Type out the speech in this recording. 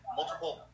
multiple